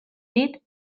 dit